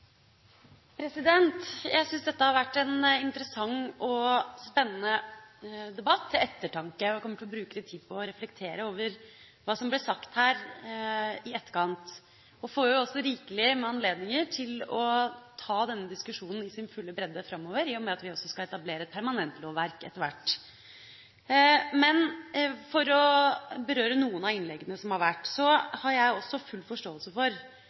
Jeg syns dette har vært en interessant og spennende debatt, til ettertanke. Jeg kommer til å bruke litt tid i etterkant på å reflektere over hva som ble sagt her. Vi får også rikelig anledning til å ta denne diskusjonen i sin fulle bredde framover, i og med at vi også skal etablere et permanent lovverk etter hvert. For å berøre noen av innleggene som har vært: Jeg har også full forståelse for